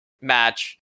match